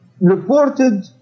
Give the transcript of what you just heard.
reported